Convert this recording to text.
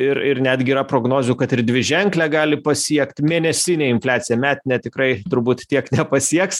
ir ir netgi yra prognozių kad ir dviženklę gali pasiekt mėnesinė infliacija metinė tikrai turbūt tiek nepasieks